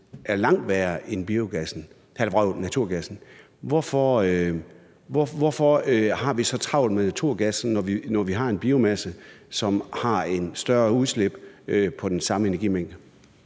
er langt værre end naturgassen. Så vil jeg bare spørge ministeren: Hvorfor har vi så travlt med at få udfaset naturgassen, når vi har en biomasse, som har et større udslip på den samme energimængde?